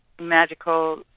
magical